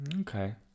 Okay